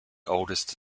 oldest